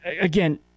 Again